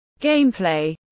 gameplay